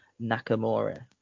Nakamura